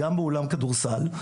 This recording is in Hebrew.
גם באולם כדורסל,